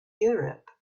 europe